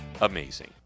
amazing